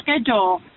schedule